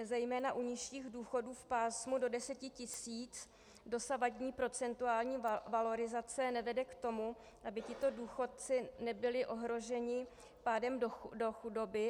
Zejména u nižších důchodů v pásmu do 10 tisíc dosavadní procentuální valorizace nevede k tomu, aby tito důchodci nebyli ohroženi pádem do chudoby.